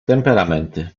temperamenty